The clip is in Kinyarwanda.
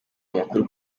amakuru